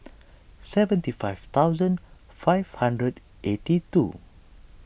seventy five thousand five hundred eighty two